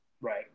Right